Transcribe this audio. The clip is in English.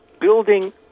building